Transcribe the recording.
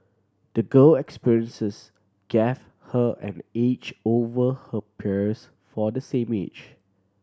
the girl experiences gave her an edge over her peers for the same age